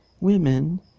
women